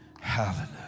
hallelujah